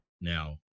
now